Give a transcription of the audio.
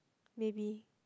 maybe